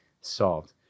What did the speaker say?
solved